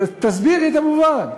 תסבירי את המובן.